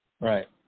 Right